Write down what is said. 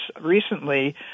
recently